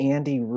Andy